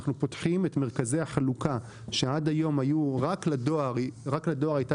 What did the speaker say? אנחנו פותחים את מרכזי החלוקה שעד היום רק לדואר הייתה